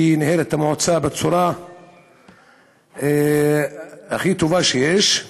וניהל את המועצה בצורה הכי טובה שיש.